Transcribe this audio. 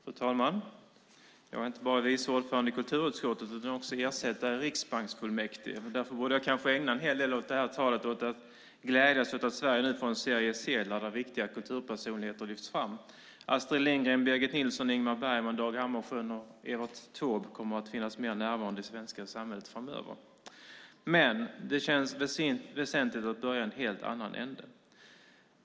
Fru talman! Jag är inte bara vice ordförande i kulturutskottet utan också ersättare i Riksbanksfullmäktige. Därför borde jag kanske ägna en del av detta tal till att glädjas åt att Sverige nu får en serie sedlar där viktiga kulturpersonligheter lyfts fram. Astrid Lindgren, Birgit Nilsson, Ingmar Bergman, Dag Hammarskjöld och Evert Taube kommer att vara mer närvarande i det svenska samhället framöver. Det känns dock väsentligt att börja i en helt annan ände.